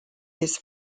his